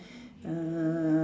uh